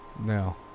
No